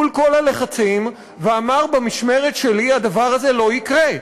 מול כל הלחצים ואמר: במשמרת שלי הדבר הזה לא יקרה.